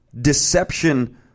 deception